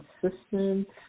consistent